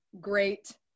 great